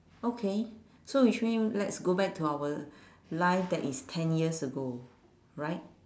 okay so which means let's go back to our life that is ten years ago right